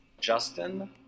Justin